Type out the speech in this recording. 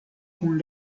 kun